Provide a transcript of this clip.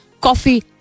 Coffee